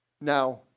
Now